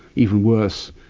even worse,